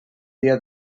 dia